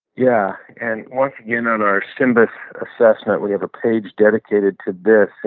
yeah and once again, at our symbis assessment, we have a page dedicated to this.